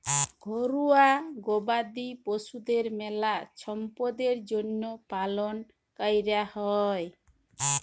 ঘরুয়া গবাদি পশুদের মেলা ছম্পদের জ্যনহে পালন ক্যরা হয়